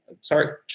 sorry